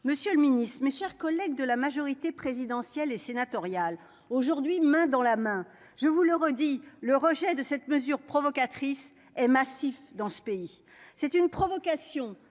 Monsieur le Ministre, mes chers collègues de la majorité présidentielle et sénatoriales aujourd'hui main dans la main, je vous le redis, le rejet de cette mesure provocatrice et massif dans ce pays, c'est une provocation